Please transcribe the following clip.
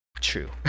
True